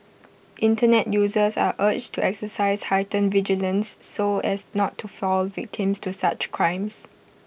Internet users are urged to exercise heightened vigilance so as not to fall victim to such crimes